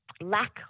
lack